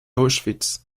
auschwitz